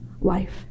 life